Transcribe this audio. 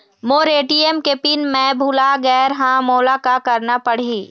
मोर ATM के PIN मैं भुला गैर ह, मोला का करना पढ़ही?